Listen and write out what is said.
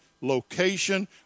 location